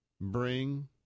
bring